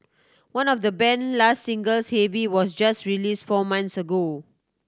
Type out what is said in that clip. one of the band last singles Heavy was just release four months ago